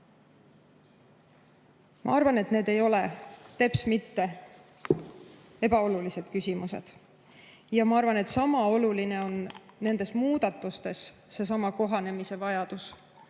Ma arvan, et need ei ole teps mitte ebaolulised küsimused. Ja ma arvan, et sama oluline on nendes muudatustes seesama kohanemise vajadus.